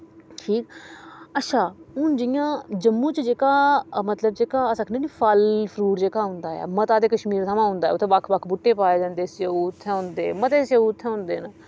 ठीक अच्छा हून जियां जम्मू च जेह्का मतलव अस आखने फल फ्रूट जेह्का औंदा ऐ मता ते कश्मीर थमां औंदा ऐ उत्थें बक्ख बक्ख बूह्टे पाए जंदे सेऊ उत्थें होंदे मते सेऊ उत्थें होंदे